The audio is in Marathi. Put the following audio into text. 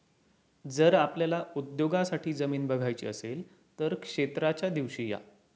जर आपल्याला उद्योगासाठी जमीन बघायची असेल तर क्षेत्राच्या दिवशी या